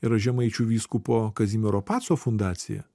yra žemaičių vyskupo kazimiero paco fundacija